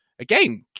again